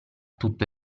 tutto